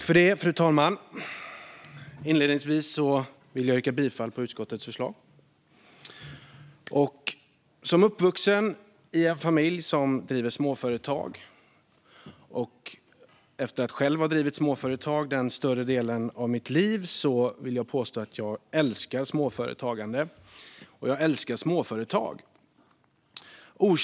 Fru talman! Inledningsvis vill jag yrka bifall till utskottets förslag. Som uppvuxen i en familj som driver småföretag och efter att själv ha drivit småföretag större delen av mitt liv vill jag påstå att jag älskar småföretagande och småföretag.